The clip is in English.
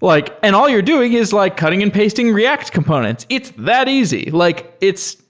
like and all you're doing is like cutting and pasting react components. it's that easy. like